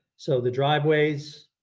so the driveways,